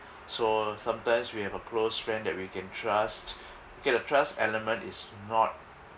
so sometimes we have a close friend that we can trust okay the trust element is not